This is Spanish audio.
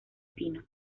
pino